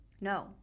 No